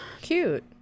Cute